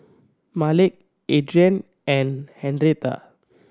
Malik Adriene and Henretta